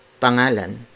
Pangalan